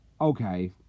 Okay